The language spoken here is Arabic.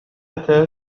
متى